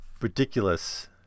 ridiculous